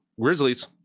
Grizzlies